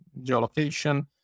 geolocation